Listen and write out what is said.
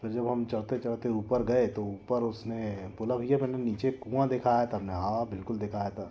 फिर जब हम चढ़ते चढ़ते ऊपर गए तो ऊपर उसने बोला भैया मैंने नीचे एक कुआँ दिखाया था हमने हाँ बिल्कुल दिखाया था